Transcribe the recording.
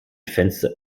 fenster